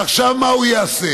ועכשיו מה הוא יעשה?